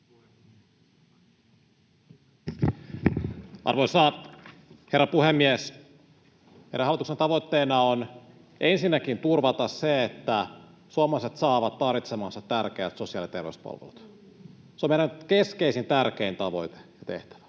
Arvoisa herra puhemies! Meidän hallituksen tavoitteena on ensinnäkin turvata se, että suomalaiset saavat tarvitsemansa tärkeät sosiaali- ja terveyspalvelut. Se on meidän keskeisin, tärkein tavoite ja tehtävä.